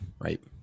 right